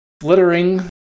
flittering